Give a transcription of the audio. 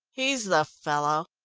he's the fellow.